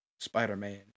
Spider-Man